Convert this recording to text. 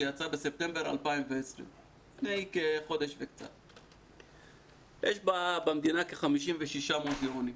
שיצא בספטמבר 2020. יש במדינה כ-56 מוזיאונים.